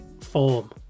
form